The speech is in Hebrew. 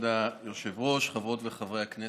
כבוד היושב-ראש, חברות וחברי הכנסת,